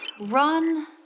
run